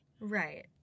Right